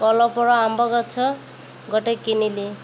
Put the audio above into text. କଲପର ଆମ୍ବ ଗଛ ଗୋଟେ କିଣିଲି